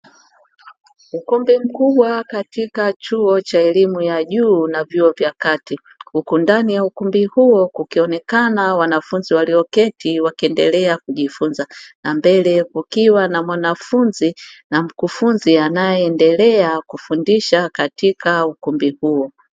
Ukumbi mkubwa katika chuo cha elimu ya juu na vyuo vya kati. Huku ndani ya ukumbi huo kukionekana wanafunzi walioketi wakiendelea kujifunza, na mbele kukiwa na mwanafunzi na mkufunzi anayeendelea kufundisha katika ukumbi huu.